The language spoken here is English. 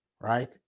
right